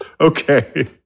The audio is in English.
Okay